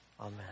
Amen